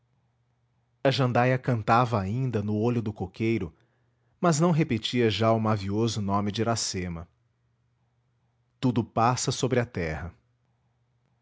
jandaia cantava ainda no olho do coqueiro mas não repetia já o mavioso nome de iracema tudo passa sobre a terra